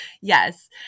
yes